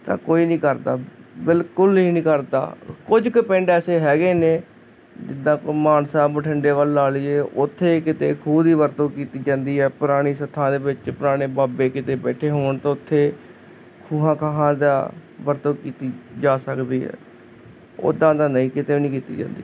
ਤਾਂ ਕੋਈ ਨੀ ਕਰਦਾ ਬਿਲਕੁਲ ਈ ਨੀ ਕਰਦਾ ਕੁਝ ਕ ਪਿੰਡ ਐਸੇ ਹੈਗੇ ਨੇ ਜਿੱਦਾਂ ਕੇ ਮਾਨਸਾ ਬਠਿੰਡੇ ਵੱਲ ਲਾ ਲੀਏ ਓਥੇ ਕਿਤੇ ਖੂਹ ਦੀ ਵਰਤੋਂ ਕੀਤੀ ਜਾਂਦੀ ਐ ਪੁਰਾਣੀ ਸੱਥਾਂ ਦੇ ਵਿੱਚ ਪੁਰਾਣੇ ਬਾਬੇ ਕਿਤੇ ਬੈਠੇ ਹੋਣ ਤਾਂ ਓਥੇ ਖੂਹਾਂ ਖਾਹਾਂ ਦਾ ਵਰਤੋਂ ਕੀਤੀ ਜਾ ਸਕਦੀ ਐ ਓਦਾਂ ਤਾਂ ਨਹੀਂ ਕਿਤੇ ਵੀ ਨੀ ਕੀਤੀ ਜਾਂਦੀ